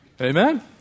Amen